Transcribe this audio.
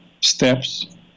steps